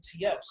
ETFs